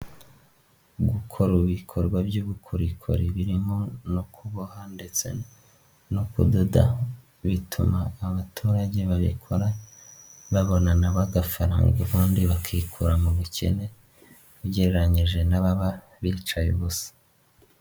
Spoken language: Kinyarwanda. Gukora ibikorwa by'ubukorikori birimo no kuboha ndetse no kudoda, bituma abaturage babikora babonana nabo agafaranga bombi bakikura mu bukene, ugereranyije n'ababa bicaye ubusa.